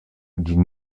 die